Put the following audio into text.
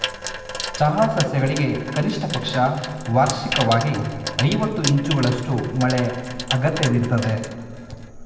ಚಹಾ ಸಸ್ಯಗಳಿಗೆ ಕನಿಷ್ಟಪಕ್ಷ ವಾರ್ಷಿಕ್ವಾಗಿ ಐವತ್ತು ಇಂಚುಗಳಷ್ಟು ಮಳೆ ಅಗತ್ಯವಿರ್ತದೆ